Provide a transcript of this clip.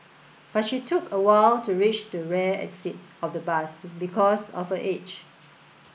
but she took a while to reach the rear exit of the bus because of her age